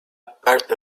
party